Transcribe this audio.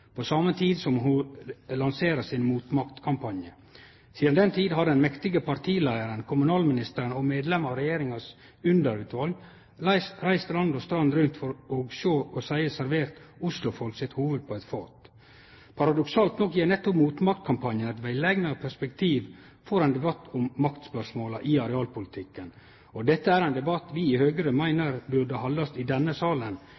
på same tid som ho lanserte MOTMAKT- kampanjen sin. Sidan den tid har den mektige partileiaren, kommunalministeren og medlemen av regjeringas underutval reist land og strand rundt for så å seie å servere Oslo-folk sitt hovud på eit fat. Paradoksalt nok gjev nettopp MOTMAKT-kampanjen eit veleigna perspektiv på ein debatt om maktspørsmåla i arealpolitikken. Dette er ein debatt vi i Høgre